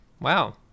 Wow